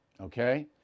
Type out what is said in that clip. Okay